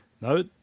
No